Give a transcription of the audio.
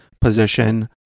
position